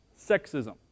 sexism